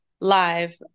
live